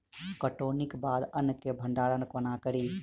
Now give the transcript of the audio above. कटौनीक बाद अन्न केँ भंडारण कोना करी?